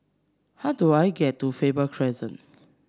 how do I get to Faber Crescent